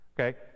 Okay